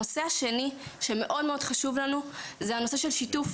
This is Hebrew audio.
הנושא השני שמאוד מאוד חשוב לנו זה הנושא של שיתוף